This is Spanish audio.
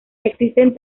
existen